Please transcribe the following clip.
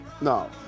No